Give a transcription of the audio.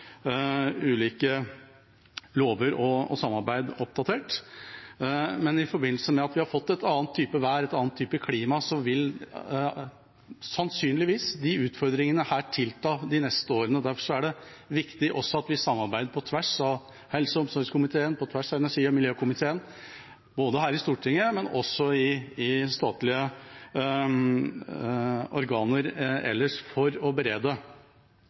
ulike lover og samarbeid oppdatert, men i forbindelse med at vi har fått en annen type vær, en annen type klima, vil sannsynligvis disse utfordringene tilta de neste årene. Derfor er det også viktig at vi samarbeider på tvers – på tvers av helse- og omsorgskomiteen, på tvers av energi- og miljøkomiteen – både her i Stortinget og i statlige organer ellers for å berede.